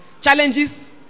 Challenges